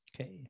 okay